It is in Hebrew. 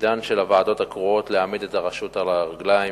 תפקידן של הוועדות הקרואות להעמיד את הרשות על הרגליים.